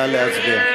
נא להצביע.